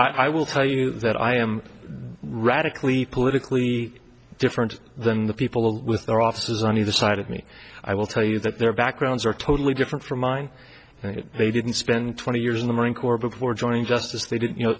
with i will tell you that i am radically politically different than the people with their offices on either side of me i will tell you that their backgrounds are totally different from mine and they didn't spend twenty years in the marine corps before joining just as they did you know